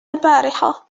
البارحة